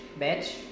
bitch